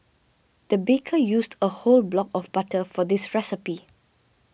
the baker used a whole block of butter for this recipe